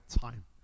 time